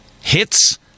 Hits